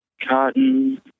Cotton